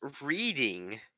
reading